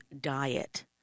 diet